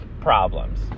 problems